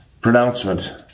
pronouncement